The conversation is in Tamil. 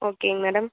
ஓகேங்க மேடம்